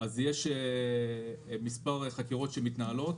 יש מספר חקירות שמתנהלות